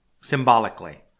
symbolically